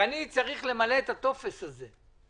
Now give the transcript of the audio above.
ואני צריך למלא את הטופס הזה.